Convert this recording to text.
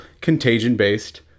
contagion-based